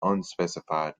unspecified